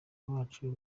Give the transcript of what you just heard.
bacu